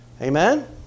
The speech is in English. amen